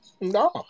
No